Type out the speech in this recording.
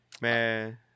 Man